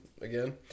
again